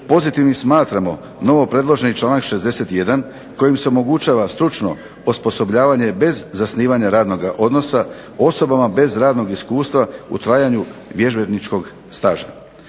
pozitivnim smatramo novo predloženi članak 61. kojim se omogućava stručno osposobljavanje bez zasnivanja radnoga odnosa osobama bez radnog iskustva u trajanju vježbeničkog staža.